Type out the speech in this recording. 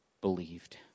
believed